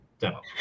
demo